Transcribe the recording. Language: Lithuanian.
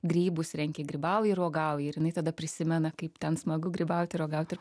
grybus renki grybauji ir uogauji ir jinai tada prisimena kaip ten smagu grybauti uogauti ir